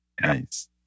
nice